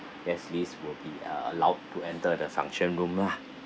guest list will be uh allowed to enter the function rooom lah